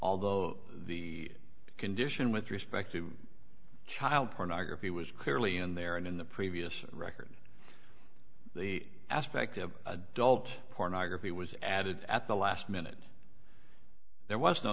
although the condition with respect to child pornography was clearly in there and in the previous record the aspect of adult pornography was added at the last minute there was no